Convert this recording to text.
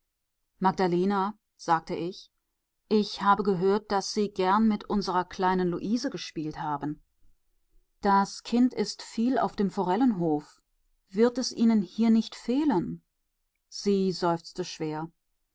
magdalena sagte ich ich habe gehört daß sie gern mit unserer kleinen luise gespielt haben das kind ist viel auf dem forellenhof wird es ihnen hier nicht fehlen sie seufzte schwer